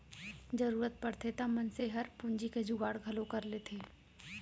जरूरत परथे त मनसे हर पूंजी के जुगाड़ घलौ कर लेथे